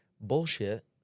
bullshit